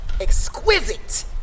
exquisite